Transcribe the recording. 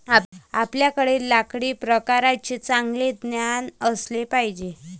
आपल्याकडे लाकडी प्रकारांचे चांगले ज्ञान असले पाहिजे